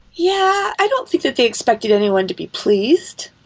yeah. i don't think that they expected anyone to be pleased.